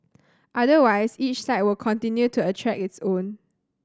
otherwise each site will continue to attract its own